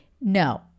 No